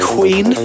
Queen